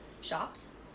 shops